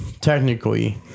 technically